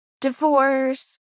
divorce